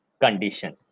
condition